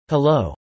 Hello